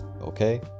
Okay